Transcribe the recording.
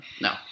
No